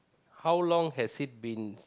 how long has it been